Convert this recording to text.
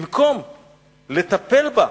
במקום לטפל בה,